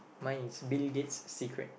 mine is Bill Gates secret